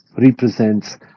represents